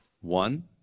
One